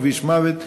כביש מוות.